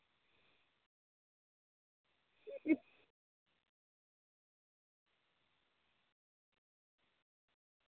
ते